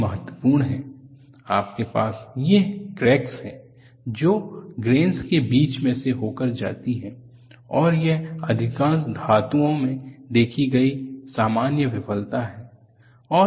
यह महत्वपूर्ण है आपके पास ये क्रैक्स हैं जो ग्रेन्स के बीच में से हो कर जाती है और यह अधिकांश धातुओं में देखी गई सामान्य विफलता है